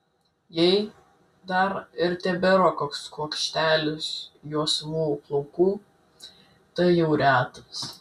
jei dar ir tebėra koks kuokštelis juosvų plaukų tai jau retas